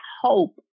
hope